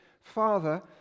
Father